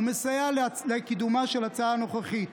ומסייע לקידומה של ההצעה הנוכחית,